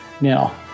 Now